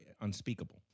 unspeakable